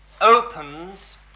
opens